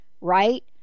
right